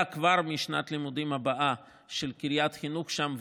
כבר משנת הלימודים הבאה של קריית חינוך שם,